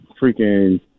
freaking